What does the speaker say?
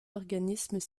organismes